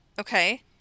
Okay